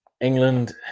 England